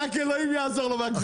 כל מה שהיה במשחטות?